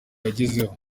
yagezeho